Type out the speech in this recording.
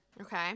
okay